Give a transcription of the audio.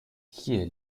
hier